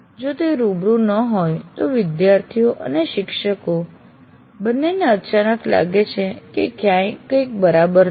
જો તે રૂબરૂ ન હોય તો વિદ્યાર્થીઓ અને શિક્ષકો બંને અચાનક લાગે છે કે કયાંક કંઈક બરાબર નથી